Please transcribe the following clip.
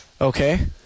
Okay